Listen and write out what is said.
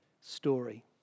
story